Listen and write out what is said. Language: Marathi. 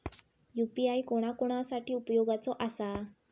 यू.पी.आय कोणा कोणा साठी उपयोगाचा आसा?